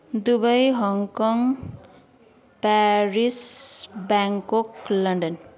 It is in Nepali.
Dubai Hong Kong Paris Bangkok London